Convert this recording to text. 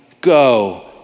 go